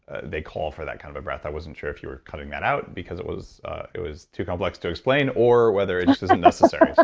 they call for that kind of a breath. i wasn't sure if you were cutting that out because it was it was too complex to explain or whether it just isn't necessary.